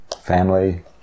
family